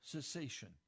cessation